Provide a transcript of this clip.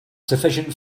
sufficient